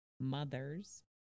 mothers